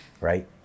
right